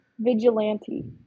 Vigilante